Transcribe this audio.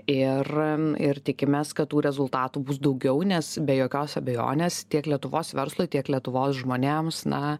ir ir tikimės kad tų rezultatų bus daugiau nes be jokios abejonės tiek lietuvos verslui tiek lietuvos žmonėms na